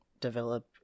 develop